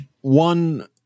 one